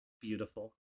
Beautiful